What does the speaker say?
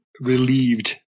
relieved